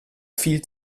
viel